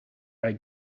bij